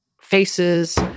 faces